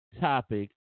topic